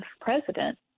president